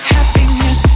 Happiness